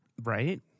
Right